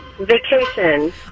Vacation